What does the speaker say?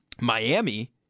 Miami